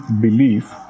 belief